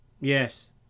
Yes